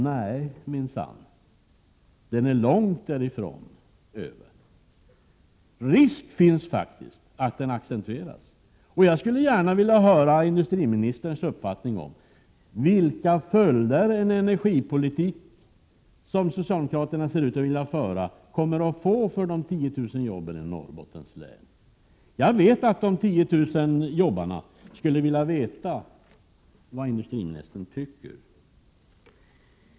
Nej minsann, långt ifrån. Risk finns faktiskt att den accentueras. Jag skulle gärna vilja höra industriministerns uppfattning om vilka följder den energipolitik socialdemokraterna ser ut att vilja föra kommer att få för de 10 000 jobben i Norrbottens län. Jag vet att de 10 000 jobbarna skulle vilja veta vad industriministern tycker.